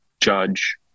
judge